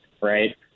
right